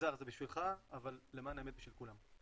יזהר זה בשבילך, אבל למען האמת בשביל כולם.